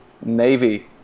Navy